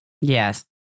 yes